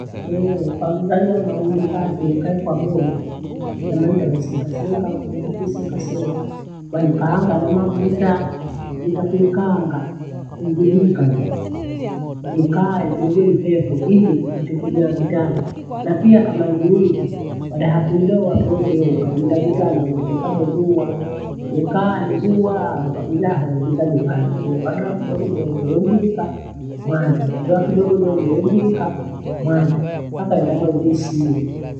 Eeh! ukaongeza nyama uhihifadhie ikae kwa muda, nyama ida uisenga senga. Ukamwida kuisenga senga waikaanga na mavuta. Ukabinda kuikaanga kuibugika ilaa, ikae tuu ijeli peho ili ipate kunyaa vitana. Na pia kama kama ni nyingi badaha kuidoa keo keo ukawinda vitana wanyama nikamwezua. Wekaa hezuaa ukamjaha wahengiza nyumbani ule ukadoa kidogo dogo wembika. Mwanae ukadoa kidogo dogo wembika, mwana mpaka henda hoo heziishie.